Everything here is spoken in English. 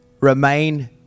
remain